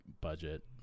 budget